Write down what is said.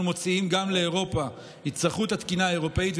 מוציאים לאירופה יצטרכו את התקינה האירופית,